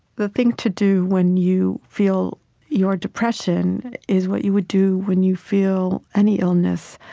the thing to do when you feel your depression is what you would do when you feel any illness,